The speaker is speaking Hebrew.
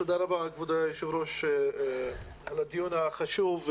תודה רבה, כבוד היושב-ראש, על הדיון החשוב.